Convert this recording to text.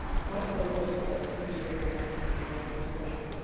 quite a diversified newspaper landscape, in london especially,